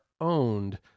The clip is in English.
owned